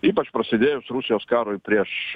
ypač prasidėjus rusijos karui prieš